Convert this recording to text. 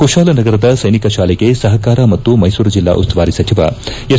ಕುಶಾಲನಗರದ ಸೈನಿಕ ಶಾಲೆಗೆ ಸಪಕಾರ ಮತ್ತು ಮೈಸೂರು ಜಿಲ್ಲಾ ಉಸ್ತುವಾರಿ ಸಚಿವ ಎಸ್